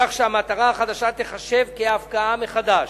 כך שהמטרה החדשה תיחשב כהפקעה מחדש.